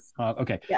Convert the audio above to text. Okay